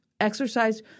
exercise